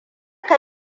ka